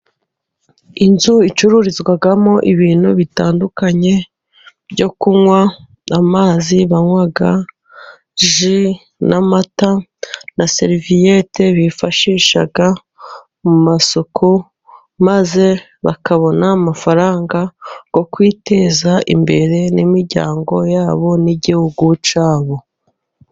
Inzu icururizwamo ibintu bitandukanye byo kunywa, amazi banywa, ji n'amata na seriviyete bifashisha mu masuku, maze bakabona amafaranga yo kwiteza imbere n'imiryango yabo n'igihugu cyabo.